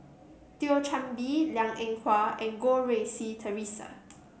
Thio Chan Bee Liang Eng Hwa and Goh Rui Si Theresa